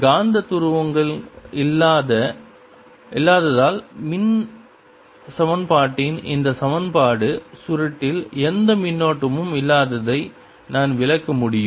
காந்த துருவங்கள் இல்லாததால் மின் சமன்பாட்டின் இந்த சமன்பாடு சுருட்டில் எந்த மின்னோட்டமும் இல்லாததை நான் விளக்க முடியும்